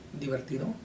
divertido